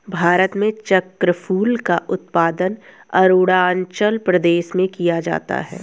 भारत में चक्रफूल का उत्पादन अरूणाचल प्रदेश में किया जाता है